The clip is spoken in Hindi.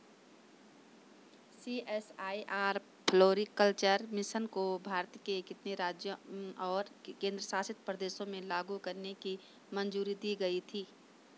सी.एस.आई.आर फ्लोरीकल्चर मिशन को भारत के कितने राज्यों और केंद्र शासित प्रदेशों में लागू करने की मंजूरी दी गई थी?